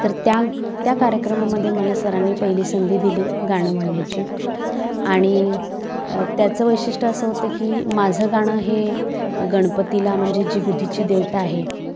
तर त्या त्या कार्यक्रमामध्ये मला सरांनी पहिली संधी दिली गाणं म्हणण्याची आणि त्याचं वैशिष्ट्य असं होतं की माझं गाणं हे गणपतीला म्हणजे जी बुद्धीची देवता आहे